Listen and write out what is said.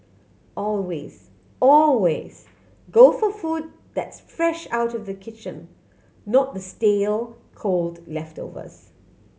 always always go for food that's fresh out of the kitchen not the stale cold leftovers